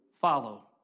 follow